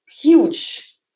huge